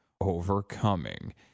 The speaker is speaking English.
overcoming